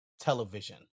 television